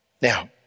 Now